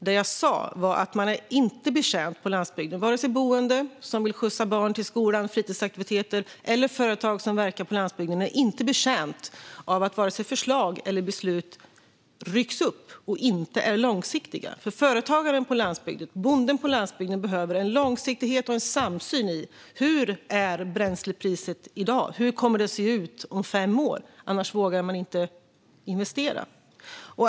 Det jag sa var att man inte - vare sig boende som vill skjutsa barn till skolan och till fritidsaktiviteter eller företag som verkar på landsbygden - är betjänt av att förslag och beslut rycks upp och inte är långsiktiga. Företagaren på landsbygden och bonden på landsbygden behöver en långsiktighet och en samsyn när det gäller bränslepriset i dag och hur det kommer att se ut om fem år. Annars vågar man inte investera.